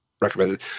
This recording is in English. recommended